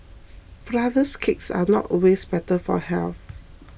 Flourless Cakes are not always better for health